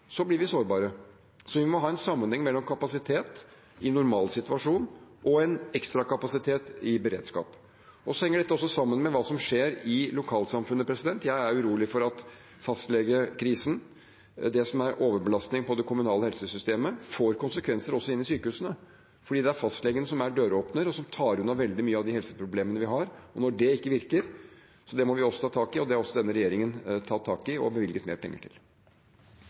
blir vi sårbare. Så det må være en sammenheng mellom kapasiteten i en normalsituasjon og en ekstrakapasitet i beredskap. Dette henger også sammen med hva som skjer i lokalsamfunnene. Jeg er urolig for at fastlegekrisen, det som er overbelastning av det kommunale helsevesenet, får konsekvenser også inn i sykehusene, fordi det er fastlegen som er døråpner, og som tar unna veldig mange av de helseproblemene vi har. Og når det ikke virker, må vi også ta tak i det. Det har denne regjeringen gjort og bevilget mer penger. Vi går videre til